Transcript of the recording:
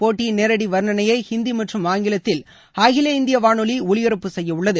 போட்டியின் நேரடி வர்ணணையை ஹிந்தி மற்றும் ஆங்கிலத்தில் அகில இந்திய வானொலி ஒலிபரப்பு செய்ய உள்ளது